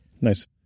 Nice